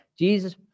Jesus